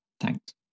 Thanks